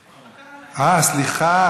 סליחה,